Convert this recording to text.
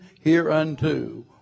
hereunto